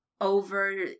over